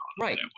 Right